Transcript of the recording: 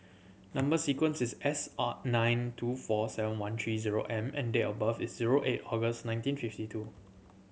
number sequence is S R nine two four seven one three zero M and date of birth is zero eight August nineteen fifty two